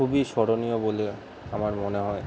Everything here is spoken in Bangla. খুবই স্মরণীয় বলে আমার মনে হয়